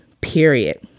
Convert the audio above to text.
period